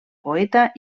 poeta